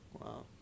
Wow